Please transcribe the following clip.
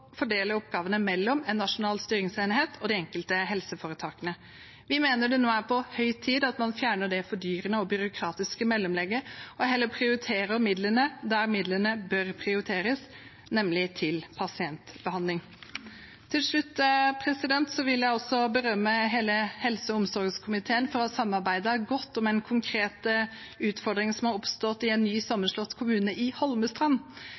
fordele oppgavene mellom en nasjonal styringsenhet og de enkelte helseforetakene. Vi mener det nå er på høy tid at man fjerner det fordyrende og byråkratiske mellomleddet og heller prioriterer midlene der midlene bør prioriteres, nemlig til pasientbehandling. Til slutt vil jeg berømme hele helse- og omsorgskomiteen for å ha samarbeidet godt om en konkret utfordring som har oppstått i en ny sammenslått kommune, i Holmestrand.